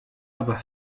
aber